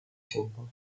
simple